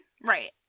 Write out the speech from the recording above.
Right